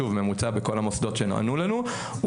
שוב ממוצע בכל המוסדות שנענו לנו,